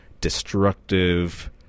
destructive